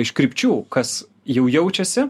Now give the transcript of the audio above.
iš krypčių kas jau jaučiasi